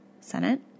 Senate